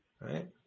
right